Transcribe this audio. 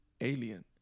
alien